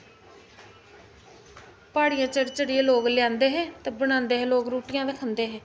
प्हाड़ियां चढ़ी चढ़ियै लोक ले आंदे हे ते बनांदे हे लोग रुट्टियां ते खंदे हे